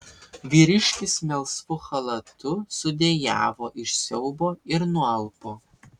vyriškis melsvu chalatu sudejavo iš siaubo ir nualpo